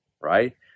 right